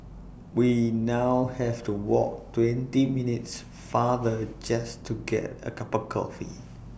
we now have to walk twenty minutes farther just to get A cup of coffee